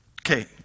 Okay